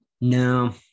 No